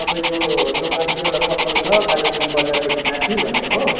तपाईँको दोकान एउटा पसल छ कालेबुङ बजारदेखि माथि भनेर हो